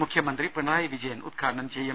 മുഖ്യമന്ത്രി പിണറായി വിജയൻ ഉദ്ഘാടനം ചെയ്യും